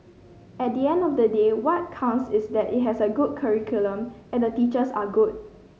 at the end of the day what counts is that it has a good curriculum and the teachers are good